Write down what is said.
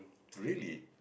really